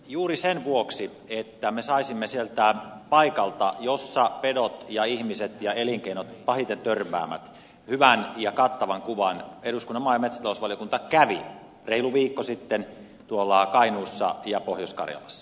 juuri sen vuoksi että me saisimme sieltä paikalta jossa pedot ja ihmiset ja elinkeinot pahiten törmäävät hyvä ja kattavan kuvan eduskunnan maa ja metsätalousvaliokunta kävi reilu viikko sitten kainuussa ja pohjois karjalassa